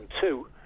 two